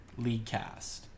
Leadcast